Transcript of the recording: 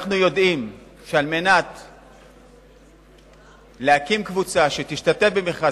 אנחנו יודעים שכדי להקים קבוצה שתשתתף במכרז